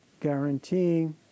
guaranteeing